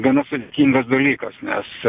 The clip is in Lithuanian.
gana sudėtingas dalykas nes